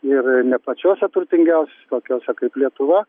ir ne pačiose turtingiausiose tokiose kaip lietuva